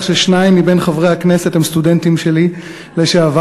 ששניים מבין חברי הכנסת הם סטודנטים שלי לשעבר,